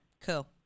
Cool